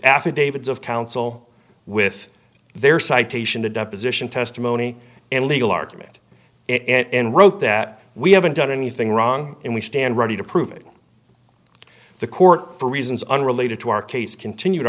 affidavits of counsel with their citation to deposition testimony and legal argument and wrote that we haven't done anything wrong and we stand ready to prove it the court for reasons unrelated to our case continued